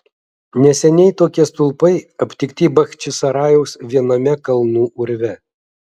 neseniai tokie stulpai aptikti bachčisarajaus viename kalnų urve